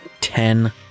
Ten